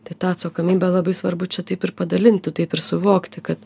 tai tą atsakomybę labai svarbu čia taip ir padalinti taip ir suvokti kad